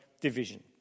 division